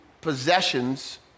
possessions